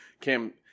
Cam